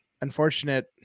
unfortunate